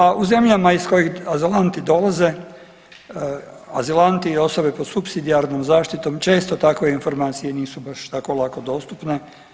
A u zemljama iz kojih azilanti dolaze, azilanti i osobe pod supsidijarnom zaštitom često takve informacije nisu baš tako lako dostupne.